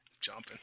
jumping